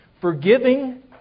forgiving